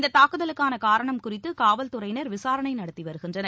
இந்த தாக்குதலுக்கான காரணம் குறித்து காவல் துறையினர் விசாரணை நடத்தி வருகின்றனர்